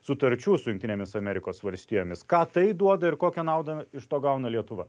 sutarčių su jungtinėmis amerikos valstijomis ką tai duoda ir kokią naudą iš to gauna lietuva